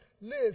live